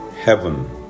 Heaven